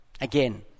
Again